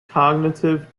cognitive